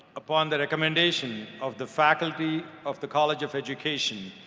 upon the recommendation of the faculty of the college of education,